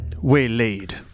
waylaid